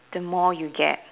the more you get